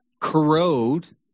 corrode